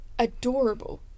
Adorable